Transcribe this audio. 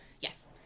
Yes